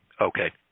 okay